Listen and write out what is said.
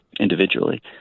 individually